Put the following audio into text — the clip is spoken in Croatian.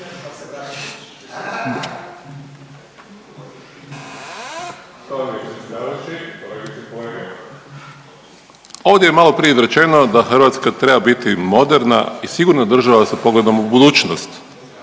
ovdje je maloprije izrečeno da Hrvatska treba biti moderna i sigurna država sa pogledom u budućnost